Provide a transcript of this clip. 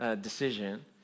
decision